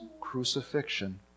crucifixion